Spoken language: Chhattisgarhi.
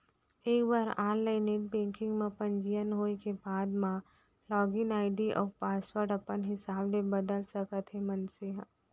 एक बार ऑनलाईन नेट बेंकिंग म पंजीयन होए के बाद म लागिन आईडी अउ पासवर्ड अपन हिसाब ले बदल सकत हे मनसे ह